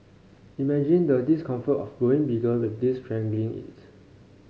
imagine the discomfort of growing bigger with this strangling it